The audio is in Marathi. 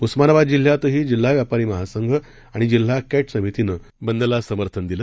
उस्मानाबाद जिल्ह्यातही जिल्हा व्यापारी महासंघ आणि जिल्हा कैट समितीनं बंदला समर्थन दिलं